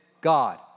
God